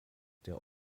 der